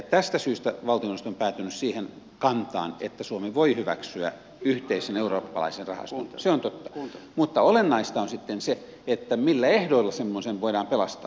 tästä syystä valtioneuvosto on päätynyt siihen kantaan että suomi voi hyväksyä yhteisen eurooppalaisen rahaston se on totta mutta olennaista on sitten se millä ehdoilla semmoinen voidaan pelastaa